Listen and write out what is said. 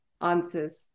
answers